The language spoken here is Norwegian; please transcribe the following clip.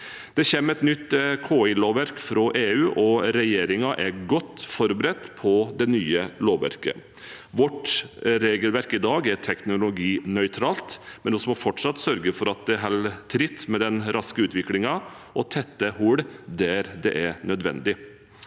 Det kommer et nytt KI-lovverk fra EU, og regjeringen er godt forberedt på det nye lovverket. Vårt regelverk er i dag teknologinøytralt, men vi må fortsatt sørge for at det holder tritt med den raske utviklingen, og tette hull der det er nødvendig.